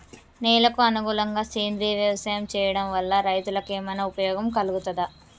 నేలకు అనుకూలంగా సేంద్రీయ వ్యవసాయం చేయడం వల్ల రైతులకు ఏమన్నా ఉపయోగం కలుగుతదా?